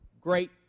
great